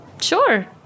Sure